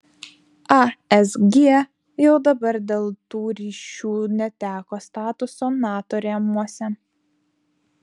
asg jau dabar dėl tų ryšių neteko statuso nato rėmuose